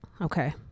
okay